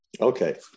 Okay